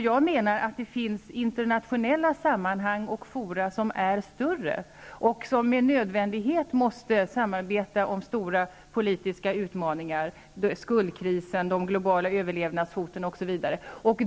Jag menar att det finns internationella sammanhang och fora som är större och som med nödvändighet måste samarbeta om stora politiska utmaningar -- skuldkrisen, de globala överlevnadshoten, osv.